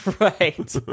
Right